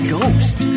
Ghost